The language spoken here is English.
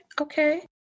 Okay